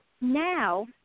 now